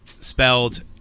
spelled